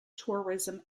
tourism